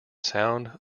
sound